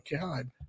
god